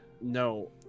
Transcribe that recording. No